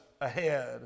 ahead